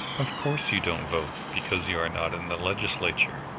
of course you don't vote, because you are not in the legislature.